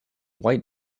white